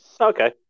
Okay